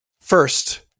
first